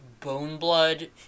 Boneblood